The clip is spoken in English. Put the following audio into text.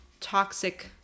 toxic